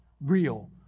real